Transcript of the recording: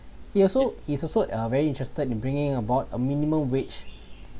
he also he's also very interested in bringing about a minimum wage